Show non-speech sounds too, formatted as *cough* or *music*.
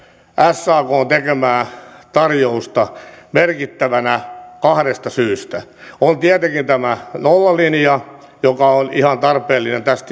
sakn tekemää tarjousta merkittävänä kahdesta syystä on tietenkin tämä nollalinja joka on ihan tarpeellinen tässä *unintelligible*